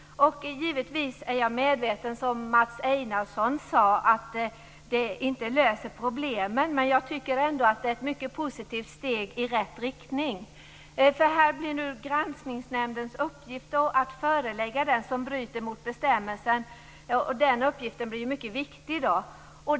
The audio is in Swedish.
Givetvis är jag medveten om, som Mats Einarsson sade, att det inte löser problemen. Men jag tycker ändå att det är ett mycket positivt steg i rätt riktning. Det blir nu Granskningsnämndens uppgift att förelägga den som bryter mot bestämmelsen, vilket blir en mycket viktig uppgift i dag.